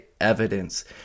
evidence